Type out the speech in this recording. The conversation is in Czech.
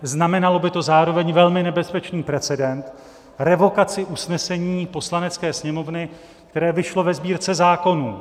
Znamenalo by to zároveň velmi nebezpečný precedens revokaci usnesení Poslanecké sněmovny, které vyšlo ve Sbírce zákonů.